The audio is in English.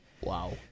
Wow